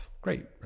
Great